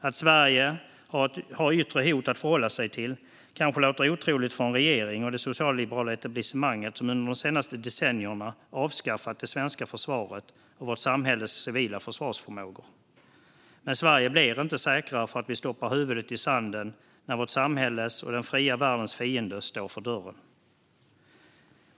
Att Sverige har yttre hot att förhålla sig till kanske låter otroligt för en regering och det socialliberala etablissemang som under de senaste decennierna avskaffat det svenska försvaret och vårt samhälles civila försvarsförmågor. Men Sverige blir inte säkrare för att vi stoppar huvudet i sanden när vårt samhälles och den fria världens fiender står för dörren.